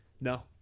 no